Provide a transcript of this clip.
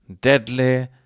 Deadly